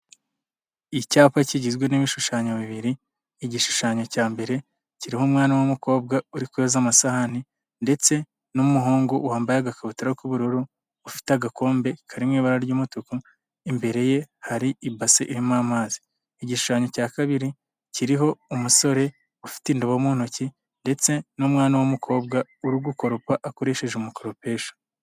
Icyapa kigizwe n'ibishushanyo bibiri: igishushanyo cya mbere kirimoho umwana w'umukobwa uri kweza amasahani ndetse n'umuhungu wambaye agakabutura k'ubururu, ufite agakombe karimo ibara ry'umutuku imbere ye haribase irimo amazi. Igishushanyo cya kabiri kiriho umusore ufite indobo mu ntoki ndetse n'umwana w'umukobwa urugokopa akoresheje umukoropesho.